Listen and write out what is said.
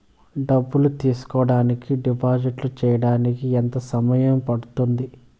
డబ్బులు తీసుకోడానికి డిపాజిట్లు సేయడానికి ఎంత సమయం పడ్తుంది